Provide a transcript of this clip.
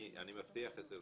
אני מבטיח עשר דקות.